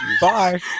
Bye